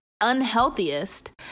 unhealthiest